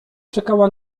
czekała